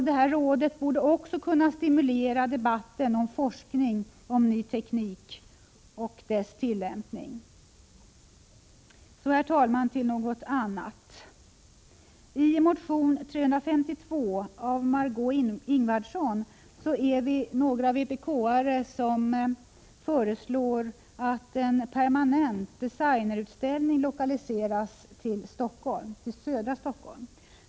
Detta råd borde också kunna stimulera debatten om forskning och om ny teknik och dess tillämpning. Så, herr talman, till något annat. I motion 352 av Margé Ingvardsson föreslår några vpk:are att en permanent designerutställning lokaliseras till södra Stockholm.